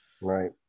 Right